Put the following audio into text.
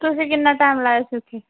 ਤੁਸੀਂ ਕਿੰਨਾ ਟੈਮ ਲਾਇਆ ਸੀ ਉੱਥੇ